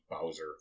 Bowser